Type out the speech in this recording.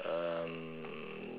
um